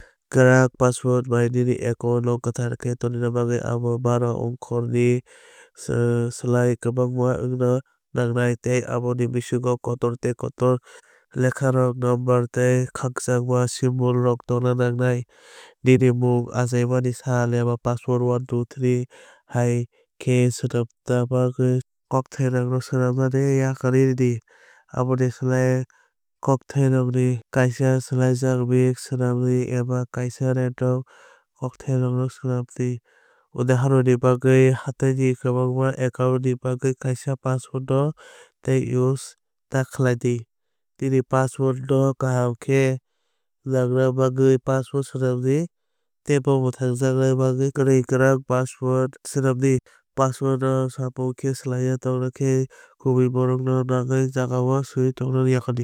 Kwrak password bai nini account no kwthang khe tonnai abo 12 okhor ni slai kwbang wngna nangnai. Tei aboni bisingo kotor tei kotor lekharok number tei khakchangma symbolrok tongna nangnai. Nini mung achaima sal eba password 123 hai khe saimanna bagwi kokthairokno swnammani yakarwi rwdi. Aboni slai kokthairokni kaisa swlaijak mix swnamdi eba kaisa random kokthairokno swnamdi. Udhahoron ni bagwi hathai kwbangma account ni bagwi kaisa password no tei use ta khlai di. Nini password no kaham khe nangna bagwi password swnamdi. Teibo mwthangjakna bagwi kwnwi kwrwng password swnamdi. Password no sapung khe swlaiwi tongna khe kubui borok no nangnai jagao swiwi tongmani yakarwi tongdi.